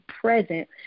present